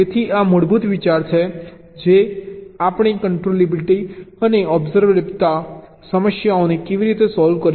તેથી આ મૂળભૂત વિચાર છે કે આપણે કંટ્રોલેબિલિટી અને ઓબ્સર્વેબલતા સમસ્યાઓને કેવી રીતે સોલ્વ કરીએ છીએ